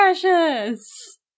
precious